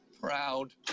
Proud